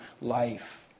life